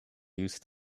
used